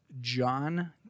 John